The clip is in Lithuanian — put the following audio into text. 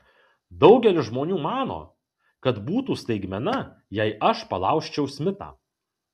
daugelis žmonių mano kad būtų staigmena jei aš palaužčiau smithą